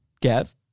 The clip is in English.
Gav